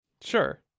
sure